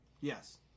Yes